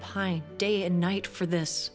pine day and night for this